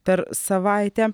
per savaitę